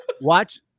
Watch